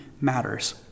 matters